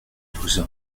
douze